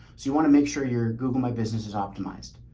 so you want to make sure your google, my business is optimized.